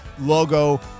logo